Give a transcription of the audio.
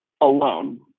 alone